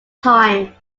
time